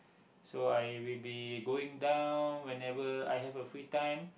so I will be going down whenever I have a free time